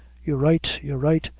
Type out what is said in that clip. you're right, you're right.